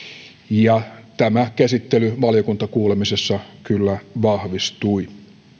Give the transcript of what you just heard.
ja tämä käsitys valiokuntakuulemisessa kyllä vahvistui